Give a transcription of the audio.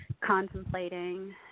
contemplating